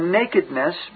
nakedness